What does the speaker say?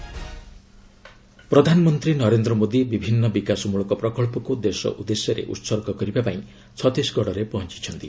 PM visit ପ୍ରଧାନମନ୍ତ୍ରୀ ନରେନ୍ଦ୍ର ମୋଦି ବିଭିନ୍ନ ବିକାଶମଳକ ପ୍ରକଳ୍ପକୁ ଦେଶ ଉଦ୍ଦେଶ୍ୟରେ ଉତ୍ସର୍ଗ କରିବା ପାଇଁ ଛତିଶଗଡ଼ରେ ପହଞ୍ଚୁଛନ୍ତି